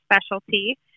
specialty